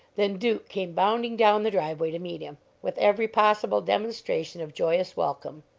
than duke came bounding down the driveway to meet him, with every possible demonstration of joyous welcome.